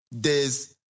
days